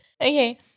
Okay